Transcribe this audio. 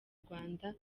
rwanda